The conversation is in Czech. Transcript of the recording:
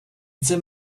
jsem